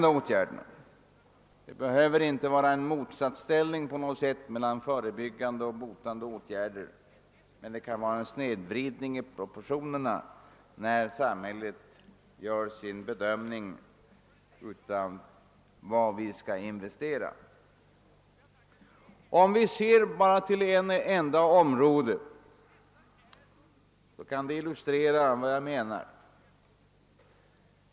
Det behöver inte på något sätt vara en motsatsställning mellan förebyggande och botande åtgärder, men det kan förekomma en snedvridning vid samhällets bedömning av vad vi skall investera på dessa områden. Låt mig ta ett enda exempel för att illustrera vad jag menar.